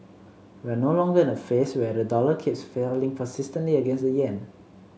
we're no longer in a phase where the dollar keeps falling persistently against the yen